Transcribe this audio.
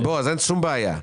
בועז, אין שום בעיה.